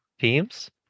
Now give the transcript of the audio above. teams